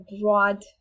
broad